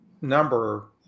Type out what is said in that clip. number